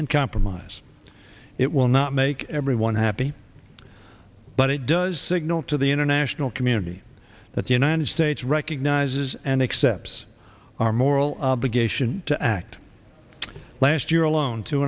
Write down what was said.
and compromise it will not make everyone happy but it does signal to the international community that the united states recognizes and excepts our moral obligation to act last year alone two